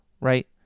right